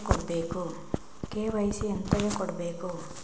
KYC ಎಂತಕೆ ಕೊಡ್ಬೇಕು?